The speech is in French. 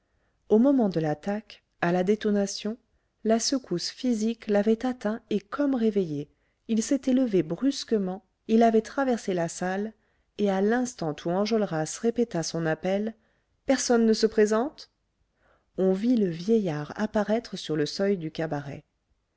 au moment de l'attaque à la détonation la secousse physique l'avait atteint et comme réveillé il s'était levé brusquement il avait traversé la salle et à l'instant où enjolras répéta son appel personne ne se présente on vit le vieillard apparaître sur le seuil du cabaret